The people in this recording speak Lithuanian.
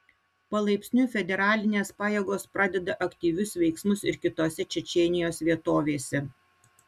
palaipsniui federalinės pajėgos pradeda aktyvius veiksmus ir kitose čečėnijos vietovėse